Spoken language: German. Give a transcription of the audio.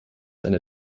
einer